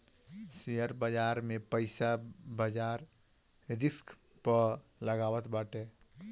share बाजार में पईसा बाजार रिस्क पअ लागत बाटे